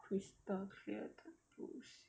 crystal clear 的 blue sea